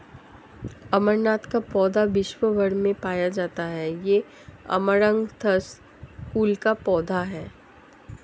अमरनाथ का पौधा विश्व् भर में पाया जाता है ये अमरंथस कुल का पौधा है